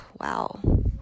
Wow